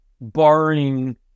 barring